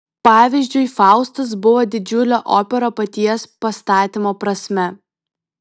pavyzdžiui faustas buvo didžiulė opera paties pastatymo prasme